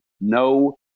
no